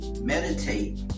meditate